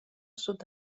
sud